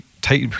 Take